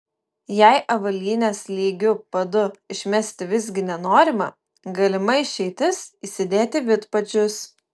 jei avalynės lygiu padu išmesti visgi nenorima galima išeitis įsidėti vidpadžius